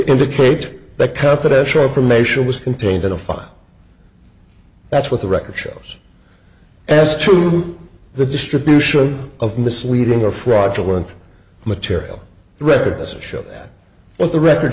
indicate that confidential information was contained in a file that's what the record shows yes to the distribution of misleading or fraudulent material records show that what the record